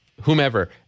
Whomever